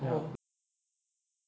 ya like you can't stick to one